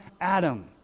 Adam